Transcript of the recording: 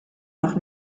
noch